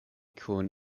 kun